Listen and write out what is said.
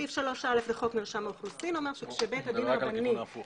סעיף 3א בחוק מרשם האוכלוסין אומר שכשבית הדין הרבני